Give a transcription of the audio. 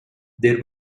there